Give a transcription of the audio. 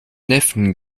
neffen